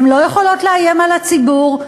הן לא יכולות לאיים על הציבור,